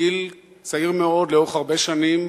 מגיל צעיר מאוד, לאורך הרבה שנים,